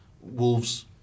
Wolves